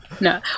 No